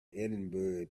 edinburgh